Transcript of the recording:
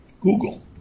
Google